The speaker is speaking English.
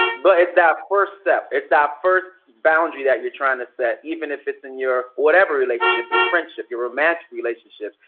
but it's that first step, it's that first boundary that you're trying to set, even if it's in your, whatever relationship, your friendship, your romantic relationships,